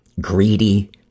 greedy